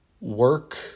work